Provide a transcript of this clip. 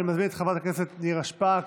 אני מזמין את חברת הכנסת נירה שפק.